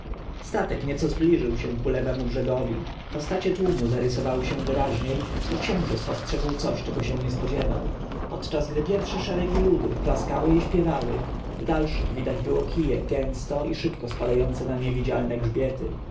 statek nieco zbliżył się do lewego brzegu postacie tłumu zarysowały się wyraźniej i książę spostrzegł coś czego się nie spodziewał podczas gdy pierwsze szeregi ludu klaskały i śpiewały w dalszych widać było kije gęsto i szybko spadające na niewidzialne grzbiety